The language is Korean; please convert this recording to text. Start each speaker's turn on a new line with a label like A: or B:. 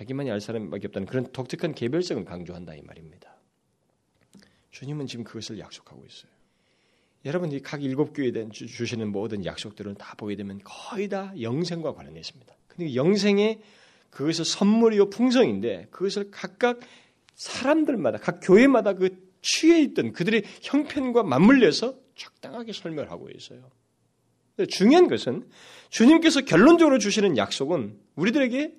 A: 자기만이 알 사람밖에 없다는 그런 독특한 개별성을 강조한다 이 말입니다. 주님은 지금 그것을 약속하고 있어요. 여러분, 이 각 일곱 교회에 대한 주- 주시는 모든 약속들은 다 보게 되면 거의 다 영생과 관련이 있습니다. 근데 영생의 그것의 선물이요, 풍성인데 그것을 각각 사람들마다, 각 교회마다 그 취해 있던 그들의 형편과 맞물려서 적당하게 설명을 하고 있어요. 근데 중요한 것은 주님께서 결론적으로 주시는 약속은 우리들에게